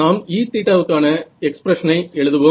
நாம் Eθ க்கான எக்ஸ்பிரஷனை எழுதுவோம்